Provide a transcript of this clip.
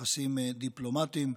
יחסים דיפלומטיים.